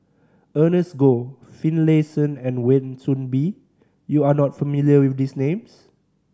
Ernest Goh Finlayson and Wan Soon Bee you are not familiar with these names